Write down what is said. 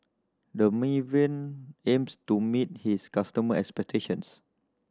Dermaveen aims to meet his customer expectations